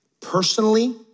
personally